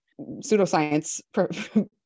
pseudoscience